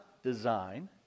design